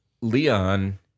Leon